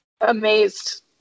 amazed